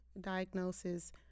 diagnosis